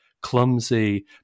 clumsy